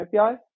API